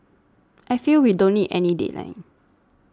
I feel we don't need any deadline